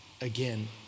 Again